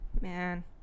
man